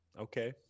okay